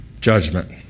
judgment